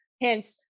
Hence